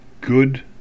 good